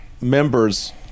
members